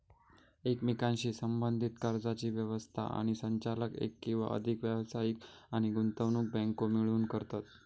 एकमेकांशी संबद्धीत कर्जाची व्यवस्था आणि संचालन एक किंवा अधिक व्यावसायिक आणि गुंतवणूक बँको मिळून करतत